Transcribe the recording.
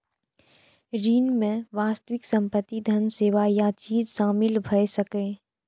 ऋण मे वास्तविक संपत्ति, धन, सेवा या चीज शामिल भए सकैए